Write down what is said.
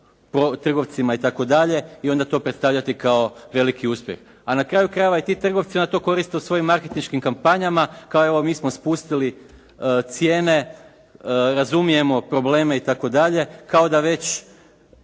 trgovcima itd. i onda to predstavljati veliki uspjeh. A na kraju krajeva i ti trgovci na to koriste u svojim marketinškim kampanjama, kao evo mi smo spustili cijene, razumijemo probleme itd. kao da već